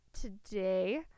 today